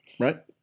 Right